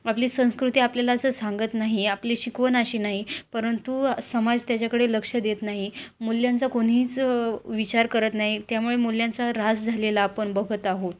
आपली संस्कृती आपल्याला असं सांगत नाही आपली शिकवण अशी नाही परंतु समाज त्याच्याकडे लक्ष देत नाही मूल्यांचा कोणीच विचार करत नाही त्यामुळे मूल्यांचा ऱ्हास झालेला आपण बघत आहोत